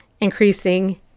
Increasing